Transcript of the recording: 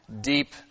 deep